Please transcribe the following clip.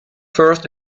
first